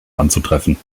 anzutreffen